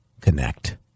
connect